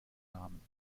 namen